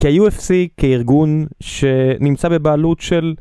כאי-UFC, כארגון שנמצא בבעלות של...